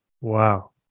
Wow